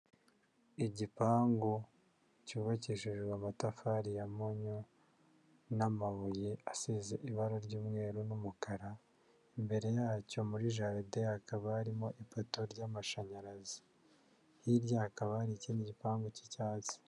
Igipangu cyubakishijwe amatafari ya mpoyo n'amabuye asize ibara ry'umweru n'umukara, imbere ya cyo muri jaride hakaba harimo ipato ry'amashanyarazi, hirya hakaba n'ikindi gipangu cy'icyatsi.